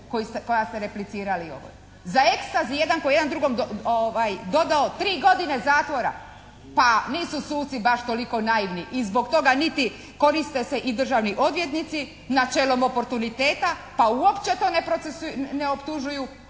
koja ste replicirali ovoj, za Ekstazy jedan koji je jedan drugome dodao tri godine zatvora. Pa nisu suci baš toliko naivni i zbog toga niti koriste se i državni odvjetnici, načelo oportuniteta, pa uopće to ne optužuju